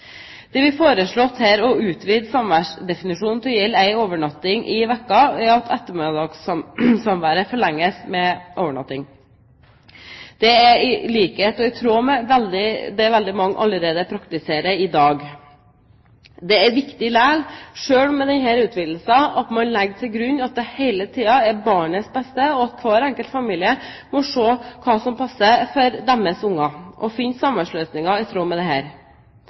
Det blir foreslått her å utvide samværsdefinisjonen til å gjelde én overnatting i uken, at ettermiddagssamværet forlenges med en overnatting. Det er i tråd med det veldig mange allerede praktiserer i dag. Det er viktig likevel selv med denne utvidelsen å legge til grunn at det hele tiden er til barnets beste, og at hver enkelt familie må se hva som passer for sine barn, og finne samværsløsninger i tråd med dette. Det